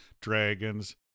dragons